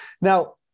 Now